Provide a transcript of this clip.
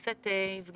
חבר הכנסת יבגני,